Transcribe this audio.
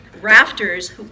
rafters